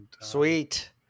Sweet